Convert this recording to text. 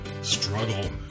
struggle